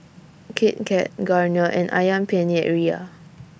Kit Kat Garnier and Ayam Penyet Ria